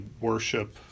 worship